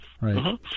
right